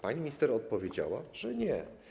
Pani minister odpowiedziała, że nie.